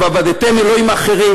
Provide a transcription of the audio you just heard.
"ועבדתם אלוהים אחרים".